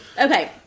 Okay